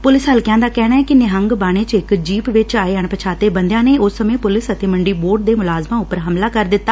police ਹਲਕਿਆਂ ਦਾ ਕਹਿਣੈ ਕਿ ਨਿਹੰਗ ਬਾਣੇ 'ਚ ਇਕ ਜੀਪ ਵਿਚ ਆਏ ਅਣਪਛਾਤੇ ਬੰਦਿਆਂ ਨੇ ਉਸ ਸਮੇਂ ਪੁਲਿਸ ਅਤੇ ਮੰਡੀ ਬੋਰਡ ਦੇ ਮੁਲਾਜਮਾਂ ਉਂਪਰ ਹਮਲਾ ਕਰ ਦਿੱਤਾ